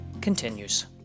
continues